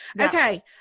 Okay